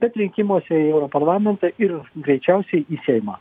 bet rinkimuose į europarlamentą ir greičiausiai į seimą